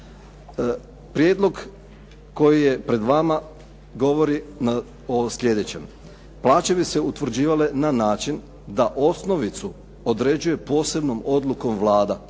Prijedlog koji je pred vama govori o slijedećem. Plaće bi se utvrđivale na način da osnovicu određuje posebnom odlukom Vlada,